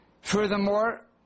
Furthermore